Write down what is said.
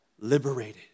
liberated